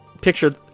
picture